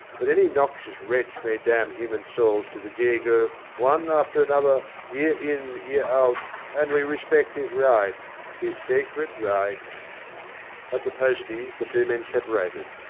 but any noxious wretch may damn human souls to the jago, one after another, year in year out, and we respect his right his sacred right at the posties the two men separated.